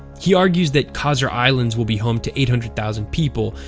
he argues that khazer islands will be home to eight hundred thousand people,